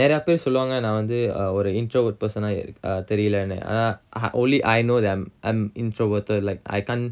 நெறயப்பேர் சொல்லுவாங்க நா வந்து ஒரு:nerayapper solluvanga na vanthu oru introvert person ah err தெரியலன்னு ஆனா:theriyalannu aana ah only I know I'm introverted like I can't